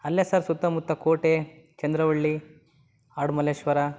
ಅಲ್ಲೇ ಸರ್ ಸುತ್ತಮುತ್ತ ಕೋಟೆ ಚಂದ್ರವಳ್ಳಿ ಆಡುಮಲ್ಲೇಶ್ವರ